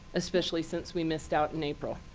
especially since we missed out in april.